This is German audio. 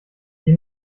die